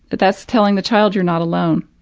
that's telling the child, you're not alone.